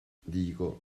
dico